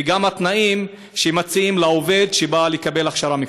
וגם התנאים שמציעים לעובד שבא לקבל הכשרה מקצועית.